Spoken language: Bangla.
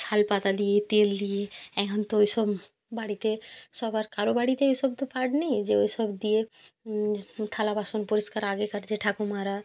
ছাল পাতা দিয়ে তেল দিয়ে এখন তো ওই সব বাড়িতে সবার কারো বাড়িতে এসব তো পার্ট নেই যে ওই সব দিয়ে থালা বাসন পরিষ্কার আগেকার যে ঠাকুমারা